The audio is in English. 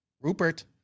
Rupert